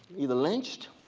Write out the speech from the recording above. either lynched,